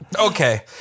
Okay